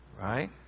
right